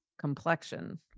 complexion